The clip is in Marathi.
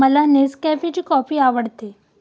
मला नेसकॅफेची कॉफी आवडते